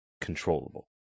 controllable